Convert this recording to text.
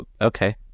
okay